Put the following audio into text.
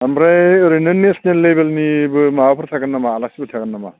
ओमफ्राय ओरैनो नेसनेल लेभेलनिबो माबाफोर थागोन नामा आलासिफोर थागोन नामा